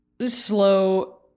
slow